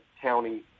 county